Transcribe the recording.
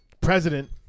president